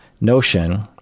notion